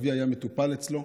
כשאבי היה מטופל אצלו